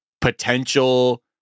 potential